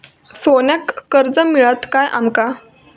सोन्याक कर्ज मिळात काय आमका?